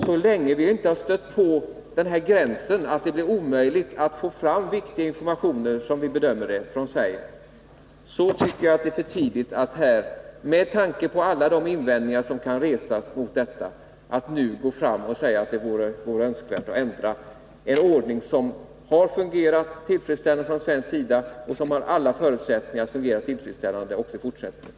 Så länge vi inte stött på den gränsen — att det blir omöjligt att få fram vad vi från svenskt håll bedömer som viktiga informationer — tycker jag att det, med tanke på alla de invändningar som kan resas mot detta, inte finns anledning att ändra en ordning som har fungerat tillfredsställande och som har alla förutsättningar att fungera tillfredsställande också i fortsättningen.